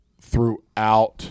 throughout